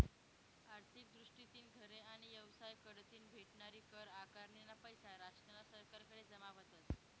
आर्थिक दृष्टीतीन घरे आणि येवसाय कढतीन भेटनारी कर आकारनीना पैसा राष्ट्रना सरकारकडे जमा व्हतस